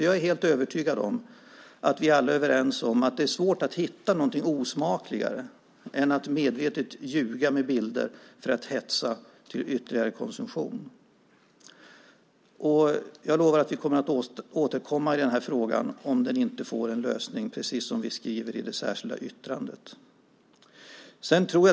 Jag är helt övertygad om att vi alla är överens om att det är svårt att hitta något osmakligare än att medvetet ljuga med bilder för att hetsa till ytterligare konsumtion. Jag lovar att vi kommer att återkomma i frågan om den inte får en lösning - precis som vi skriver i det särskilda yttrandet.